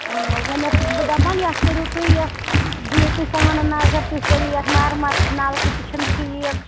اۭں وۄنۍ ٲسٕس بہٕ دپان یَتھ کٔرِو تُہۍ یَتھ دِیِو تُہۍ پانہٕ نظر تُہۍ کٔرِو یَتھ مَرمَت نلکہٕ تہِ چھِنہٕ ٹھیٖک